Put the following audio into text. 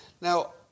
Now